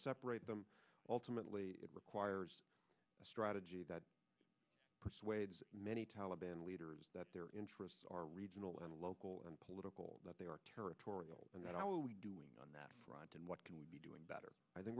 separate them ultimately it requires a strategy that persuades many taliban leaders that their interests are regional and local and political that they are territorial and that i will be doing on that front and what can we be doing better i think